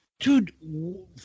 Dude